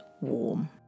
warm